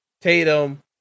Tatum